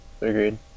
Agreed